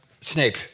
Snape